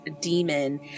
demon